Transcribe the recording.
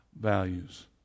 values